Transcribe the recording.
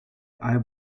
eye